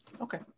Okay